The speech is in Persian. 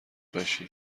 باشی